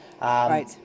Right